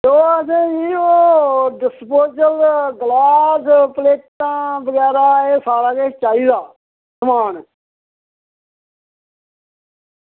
ओह् असेंगी ओह् डिस्पोजेएबल गलास प्लेटां बगैरा ओह् सारा किश चाहिदा समान